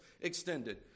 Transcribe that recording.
extended